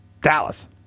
Dallas